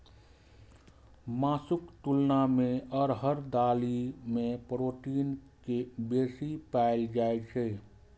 मासुक तुलना मे अरहर दालि मे प्रोटीन बेसी पाएल जाइ छै